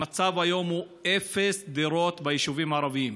המצב היום הוא אפס דירות ביישובים הערביים.